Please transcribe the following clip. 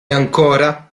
ancora